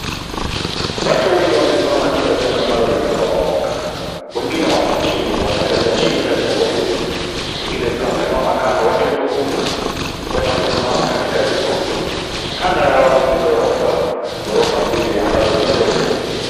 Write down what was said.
Watu wengi wamesimama juu la jengo ambalo limeporomoka. Wengine wapo chini wakiangalia chini la jengo hili. Wengine pia wamesimama kando wakizungumza. Wote wamesimama katika vikundi. Kando yao ni ghorofa. Ghorofa mbili ambazo ni ndefu.